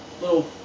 little